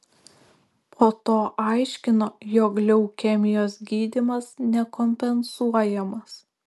po to aiškino jog leukemijos gydymas nekompensuojamas